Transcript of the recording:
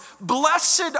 blessed